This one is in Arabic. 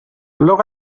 اللغة